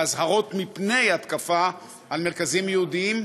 ואזהרות מפני התקפה, על מרכזים יהודיים,